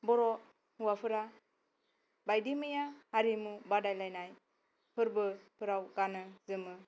बर' हौवाफोरा बायदि मैया आरिमु बादायलायनाय फोरबोफोराव गानो जोमो